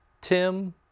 Tim